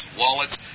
wallets